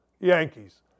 Yankees